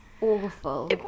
awful